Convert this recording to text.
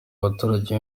abaturage